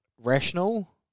rational